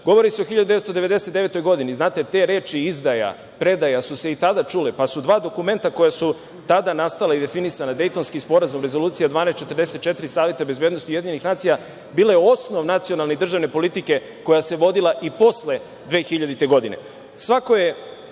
države? Govori se o 1999. godini. Znate, te reči – izdaja, predaja, su se i tada čule, pa su dva dokumenta koja su tada nastala i definisana, Dejtonski sporazum i Rezolucija 1244 Saveta bezbednosti Ujedinjenih Nacija, bila je osnov nacionalne i državne politike koja se vodila i posle 2000. godine. Svako